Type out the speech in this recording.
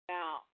Now